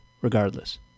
regardless